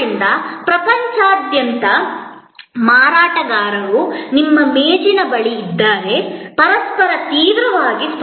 ಆದ್ದರಿಂದ ಪ್ರಪಂಚದಾದ್ಯಂತದ ಮಾರಾಟಗಾರರು ನಿಮ್ಮ ಮೇಜಿನ ಬಳಿ ಇದ್ದಾರೆ ಪರಸ್ಪರ ತೀವ್ರವಾಗಿ ಸ್ಪರ್ಧಿಸುತ್ತಾರೆ